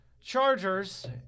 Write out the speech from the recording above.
Chargers